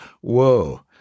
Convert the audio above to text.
Whoa